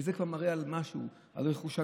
שזה כבר מראה על משהו, על רכושנות,